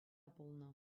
пулнӑ